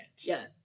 Yes